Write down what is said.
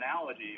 analogy